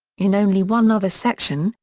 in only one other section,